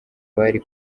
bari